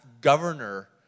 Governor